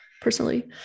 personally